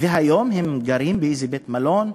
והיום הם גרים באיזה בית-מלון,